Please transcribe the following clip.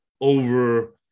over –